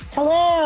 Hello